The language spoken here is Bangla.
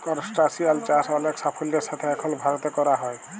করসটাশিয়াল চাষ অলেক সাফল্যের সাথে এখল ভারতে ক্যরা হ্যয়